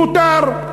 מותר.